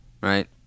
Right